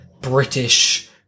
British